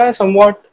somewhat